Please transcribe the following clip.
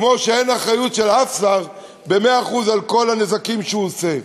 כמו שאין אחריות של אף שר ב-100% על כל הנזקים שהוא עושה.